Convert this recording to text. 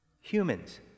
Humans